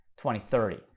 2030